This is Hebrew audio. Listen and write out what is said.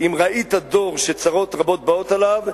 "אם ראית דור שצרות רבות באות עליו,